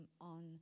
on